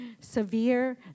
severe